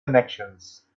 connections